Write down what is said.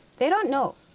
they don't know.